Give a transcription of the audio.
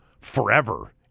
forever